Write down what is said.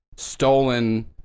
stolen